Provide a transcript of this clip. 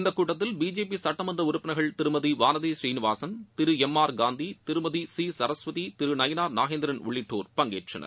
இந்தக் கூட்டத்தில் பிஜேபி சுட்டமன்ற உறுப்பினர்கள் திருமதி வானதி ஸ்ரீனிவாசன் திரு எம் ஆர் காந்தி திரு சி சரஸ்வதி திரு நயினார் நாகேந்திரன் உள்ளிட்டோர் பங்கேற்றனர்